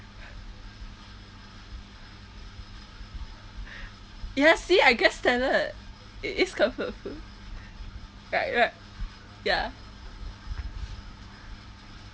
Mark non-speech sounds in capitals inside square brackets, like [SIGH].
[LAUGHS] yes see I guessed salad it is comfort food rig~ right ya